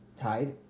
tied